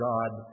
God